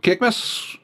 kiek mes